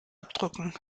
abdrücken